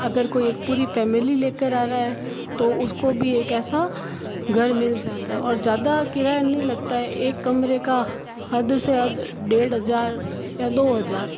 अगर कोई एक पूरी फैमिली लेकर आ रहा है तो उसको भी एक ऐसा घर मिल जाता है और ज़्यादा किराया नहीं लगता है एक कमरे का हद से हद देड़ हज़ार या दो हज़ार